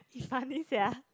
funny sia